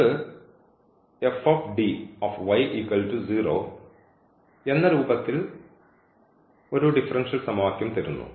നമുക്ക് എന്ന രൂപത്തിൽ ഒരു ഡിഫറൻഷ്യൽ സമവാക്യം തരുന്നു